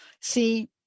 See